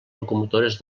locomotores